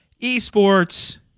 eSports